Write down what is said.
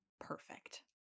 Perfect